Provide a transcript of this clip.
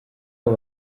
aba